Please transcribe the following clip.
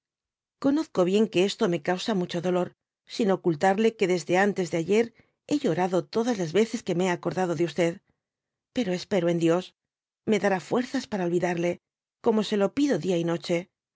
conozco bien que esto m causa mucho dolor sin ocultarle gue desde antes de ayer hé llorado todas las veces que me he acordado de pero espero en dios me dará fuerzas para olvidarle como se lo pido dia y noche